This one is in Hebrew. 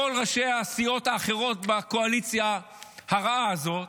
כל ראשי הסיעות האחרות בקואליציה הרעה הזאת,